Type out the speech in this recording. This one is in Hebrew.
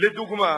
לדוגמה,